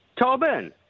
Tobin